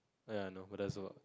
ya I know who does a lot